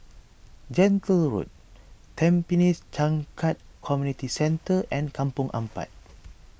Gentle Road Tampines Changkat Community Centre and Kampong Ampat